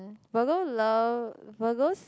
Virgo love Virgos